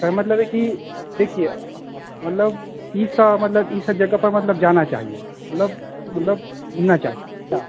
कहने का मतलब है कि देखिए मतलब इस मतलब ई सब जगह पर मतलब जाना चाहिए मतलब मतलब घूमना चाहिए हाँ